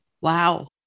Wow